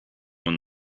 one